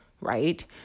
right